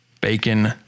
bacon